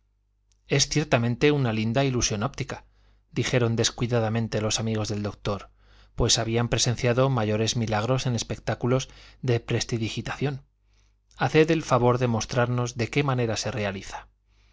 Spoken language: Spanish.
es ciertamente una linda ilusión óptica dijeron descuidadamente los amigos del doctor pues habían presenciado mayores milagros en espectáculos de prestidigitación haced el favor de mostrarnos de qué manera se realiza